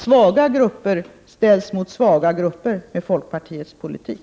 Svaga grupper ställs mot svaga grupper med folkpartiets politik.